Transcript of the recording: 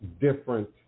different